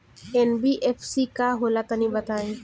NBFC का होला तनि बताई?